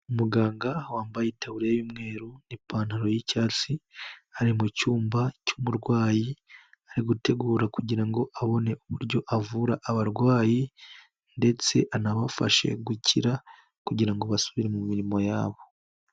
Umuganga wambaye tabune y'umweru n'ipantaro y'icyatsi, ari mu cyumba cy'umurwayi, ari gutegura kugira ngo abone uburyo avura abarwayi ndetse anabafashe gukira kugira ngo basubire mu mirimo yabo.